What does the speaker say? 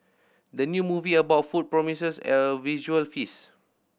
the new movie about food promises a visual feast